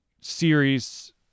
series